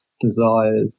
desires